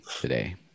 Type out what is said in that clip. today